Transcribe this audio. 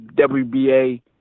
WBA